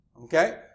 Okay